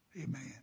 Amen